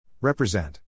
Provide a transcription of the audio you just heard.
Represent